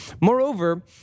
Moreover